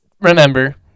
remember